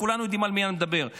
כולנו יודעים על מי אני מדבר.